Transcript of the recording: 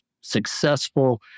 successful